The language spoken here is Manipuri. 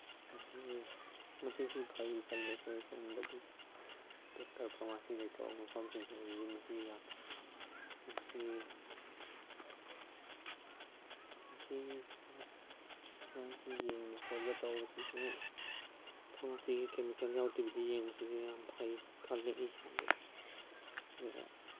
ꯑꯁꯤꯒꯤ ꯃꯁꯤꯁꯨ ꯐꯩ ꯈꯜꯂꯤ ꯑꯩꯈꯣꯏ ꯁꯣꯝꯗꯗꯤ ꯗꯣꯛꯇꯔ ꯐꯥꯔꯃꯥꯁꯤ ꯂꯩꯇꯕ ꯃꯐꯝꯁꯤꯡꯁꯤꯗꯗꯤ ꯃꯁꯤ ꯌꯥꯝ ꯃꯁꯤ ꯃꯁꯤ ꯁꯨꯃꯥꯏꯅ ꯁꯨꯝ ꯌꯦꯡꯕ ꯈꯣꯠꯄ ꯇꯧꯕꯁꯤꯁꯨ ꯐꯥꯔꯃꯥꯁꯤꯒꯤ ꯀꯦꯃꯤꯀꯦꯜ ꯌꯥꯎꯗꯕꯤꯗ ꯌꯦꯡꯕꯁꯤꯁꯨ ꯌꯥꯝ ꯐꯩ ꯈꯜꯂꯤ ꯑꯩ ꯏꯁꯥꯗ ꯑꯗꯨꯒ